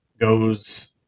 goes